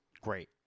Great